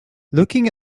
looking